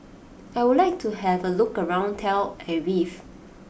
I would like to have a look around Tel Aviv